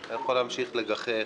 אתה יכול להמשיך לגחך